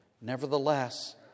Nevertheless